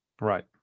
Right